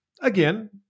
Again